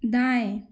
दाएँ